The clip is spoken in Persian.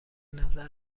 نظر